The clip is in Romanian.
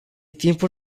timpul